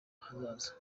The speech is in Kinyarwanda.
hazaza